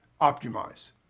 optimize